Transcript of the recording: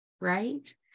right